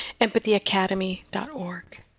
empathyacademy.org